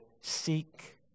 seek